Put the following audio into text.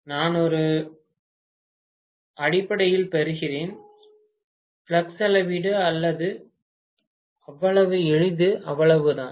நான் ஒரு பெறுகிறேன் என்று அடிப்படையில் சொல்கிறேன் ஃப்ளக்ஸ் அளவீடு அவ்வளவு எளிது அவ்வளவுதான்